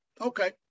Okay